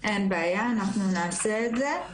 אין בעיה, אנחנו נעשה את זה.